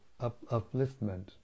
upliftment